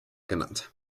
genannt